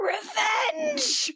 Revenge